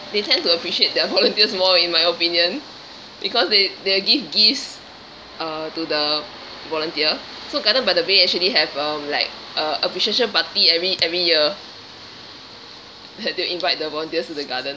they tend to appreciate their volunteers more in my opinion because they they'll give gifts uh to the volunteer so garden by the bay actually have um like a~ appreciation party every every year they will invite the volunteers to the garden